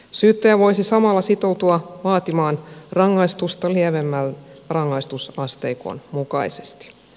syyttäjä voisi samalla sitoutua vaatimaan rangaistusta lievemmän rangaistusasteikon mukaisesti